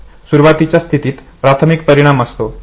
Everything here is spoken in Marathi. सुरुवातीच्या स्थितीत प्राथमिक परिणाम असतो